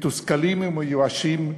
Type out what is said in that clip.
מתוסכלים ומיואשים,